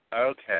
Okay